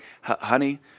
honey